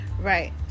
right